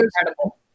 incredible